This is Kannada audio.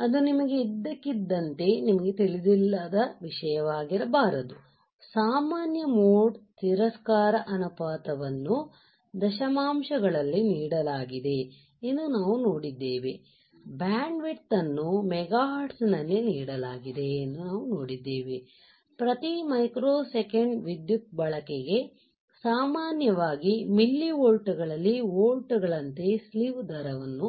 ಆದ್ದರಿಂದ ಅದು ನಿಮಗೆ ಇದ್ದಕ್ಕಿದ್ದಂತೆ ನಿಮಗೆ ತಿಳಿದಿಲ್ಲದ ವಿಷಯವಾಗಿರಬಾರದು ಸಾಮಾನ್ಯ ಮೋಡ್ ತಿರಸ್ಕಾರ ಅನುಪಾತವನ್ನು ದಶಮಾಂಶಗಳಲ್ಲಿ ನೀಡಲಾಗಿದೆ ಎಂದು ನಾವು ನೋಡಿದ್ದೇವೆ ಬ್ಯಾಂಡ್ವಿಡ್ತ್ ಅನ್ನು ಮೆಗಾಹರ್ಟ್ಜ್ ನಲ್ಲಿ ನೀಡಲಾಗಿದೆ ಎಂದು ನಾವು ನೋಡಿದ್ದೇವೆ ಪ್ರತಿ ಮೈಕ್ರೋಸೆಕೆಂಡ್ ವಿದ್ಯುತ್ ಬಳಕೆಗೆ ಸಾಮಾನ್ಯವಾಗಿ ಮಿಲಿವೋಲ್ಟ್ ಗಳಲ್ಲಿ ವೋಲ್ಟ್ ಗಳಂತೆ ಸ್ಲಿವ್ ದರವನ್ನು